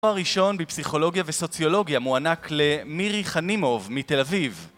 תואר ראשון בפסיכולוגיה וסוציולוגיה מוענק למירי חנימוב מתל אביב